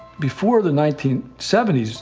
before the nineteen seventy s,